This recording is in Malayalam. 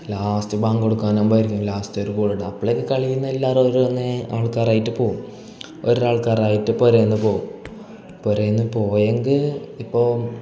ലാസ്റ്റ് ബാങ്ക് കൊടുക്കാനാകുമ്പോൾ ആർക്കും ലാസ്റ്റ് ഒരു ബോൾ ഇടുക അപ്പോഴേക്കും കളിയിൽ നിന്ന് തീർന്ന് എല്ലാവരും ഓരോന്നേ ആൾക്കാരായിട്ട് പോകും ഒരാൾക്കാറായിട്ട് പെരെന്നു പോകും പുരയിൽ നിന്ന് പോയെങ്കിൽ ഇപ്പൊൾ